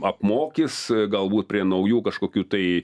apmokys galbūt prie naujų kažkokių tai